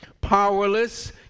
powerless